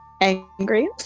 angry